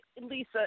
Lisa